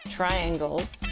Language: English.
triangles